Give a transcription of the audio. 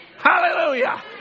Hallelujah